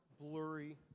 blurry